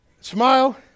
Smile